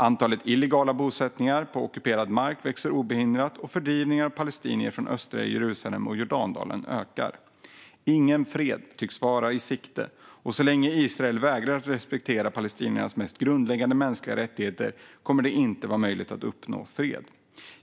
Antalet illegala bosättningar på ockuperad mark växer obehindrat, och fördrivningen av palestinier från östra Jerusalem och Jordandalen ökar. Ingen fred tycks vara i sikte, och så länge Israel vägrar att respektera palestiniernas mest grundläggande mänskliga rättigheter kommer det inte att vara möjligt att uppnå fred.